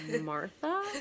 Martha